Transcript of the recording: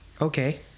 Okay